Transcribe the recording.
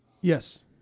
Yes